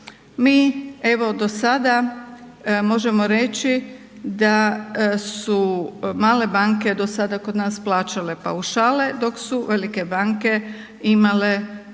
Mi, evo, do sada možemo reći da su male banke do sada plaćale paušale, dok su velike banke imali